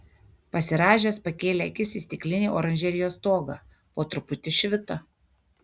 pasirąžęs pakėlė akis į stiklinį oranžerijos stogą po truputį švito